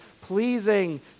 pleasing